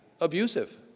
abusive